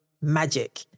Magic